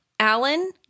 Alan